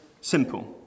simple